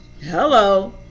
Hello